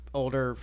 older